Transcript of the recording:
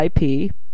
IP